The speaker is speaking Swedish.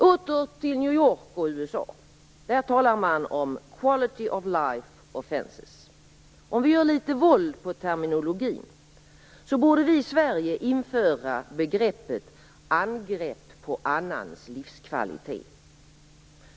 Åter till New York och USA. Där talar man om quality of life offences. Gör vi litet våld på terminologin borde vi i Sverige införa begreppet angrepp på annans livskvalitet.